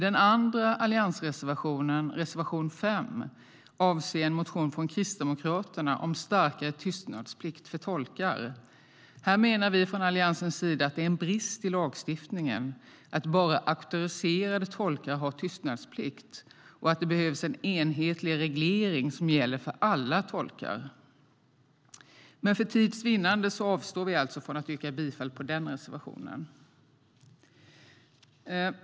Den andra alliansreservationen, reservation 5, avser en motion från Kristdemokraterna om starkare tystnadsplikt för tolkar. Här menar vi från Alliansen att det är en brist i lagstiftningen att bara auktoriserade tolkar har tystnadsplikt. Vi anser att det behövs en enhetlig reglering som gäller för alla tolkar. Men för tids vinnande avstår vi från att yrka bifall till den reservationen.